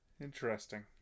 Interesting